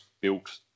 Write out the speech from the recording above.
built